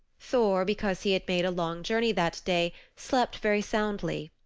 thor, because he had made a long journey that day, slept very soundly.